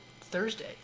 Thursday